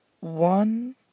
one